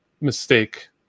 mistake